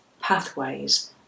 pathways